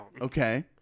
okay